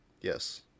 yes